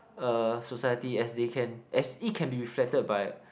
uh society as they can as it can be reflected by